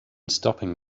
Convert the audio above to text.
stopping